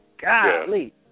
golly